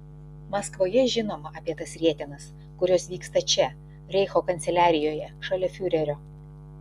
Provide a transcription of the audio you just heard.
maskvoje žinoma apie tas rietenas kurios vyksta čia reicho kanceliarijoje šalia fiurerio